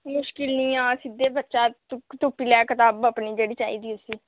मुश्किल निं आ सिद्धे बच्चा तुप्पी लै कताब अपनी जेह्ड़ी चाहिदी उस्सी